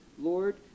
Lord